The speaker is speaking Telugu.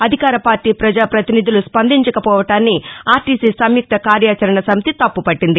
అధికార పార్లీ ప్రజాపతినిధులు స్పందించకపోవటాన్ని ఆర్లీసీ సంయుక్త కార్యాచరణ సమితి తప్పుపట్టింది